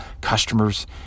customers